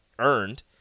earned